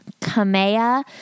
Kamea